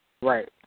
Right